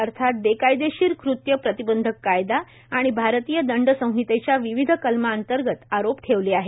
अर्थात बेकायदेशीर कृत्य प्रतिबंधक कायदा आणि भारतीय दंडसंहितेच्या विविध कलमांतर्गत आरोप ठेवले आहेत